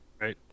Right